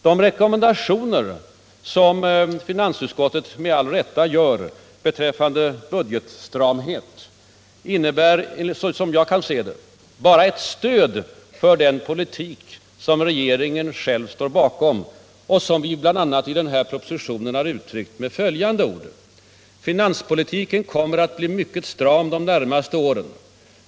De rekommendationer som finansutskottet med all rätt gör beträffande bud — Den ekonomiska getstramhet innebär, som jag kan se det, bara ett stöd för den politik = politiken m.m. som regeringen själv står för och som vi bl.a. i den här propositionen uttryckt med följande ord: ”Finanspolitiken kommer att bli mycket stram de närmaste åren.